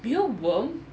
you know worm